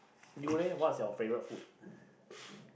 you leh what is your favourite food